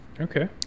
Okay